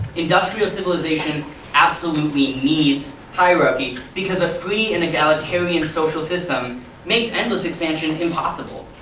industrial civilization absolutely needs hierarchy, because a free and egalitarian social system makes endless expansion impossible.